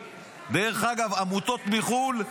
עמותות מחו"ל,